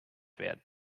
werden